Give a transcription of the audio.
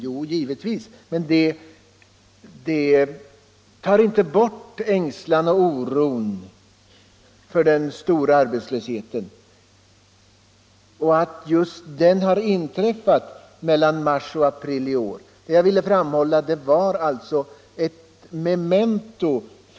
Jo, givetvis, men det tar inte bort ängslan och oron för den 20 maj 1975 stora arbetslösheten. Och att ökningen inträffade just mellan mars och april månader i år var ett memento.